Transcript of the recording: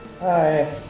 Hi